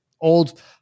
old